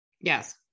Yes